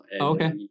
okay